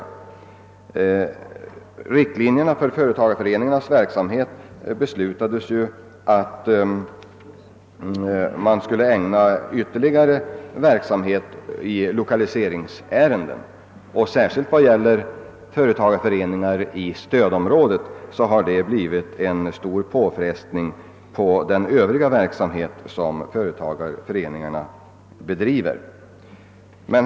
I riktlinjerna för företagareföreningarnas verksamhet angavs ju, att man skulle ägna ytterligare uppmärksamhet åt lokaliseringsärenden. Särskilt vad gäller företagareföreningar i stödområdena har detta inneburit en stor påfrestning på den övriga verksamhet som föreningarna bedriver. Herr talman!